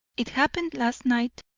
it happened last night,